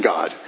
God